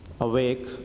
awake